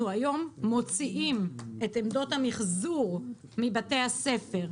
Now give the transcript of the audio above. מוציאים היום את עמדות המיחזור מבתי הספר,